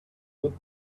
would